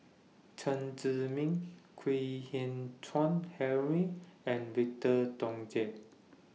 Chen Zhiming Kwek Hian Chuan Henry and Victor Doggett